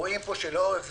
רואים פה שלאורך זמן,